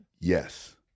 Yes